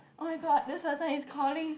oh my god this person is calling